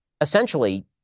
essentially